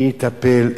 מי יטפל,